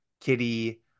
kitty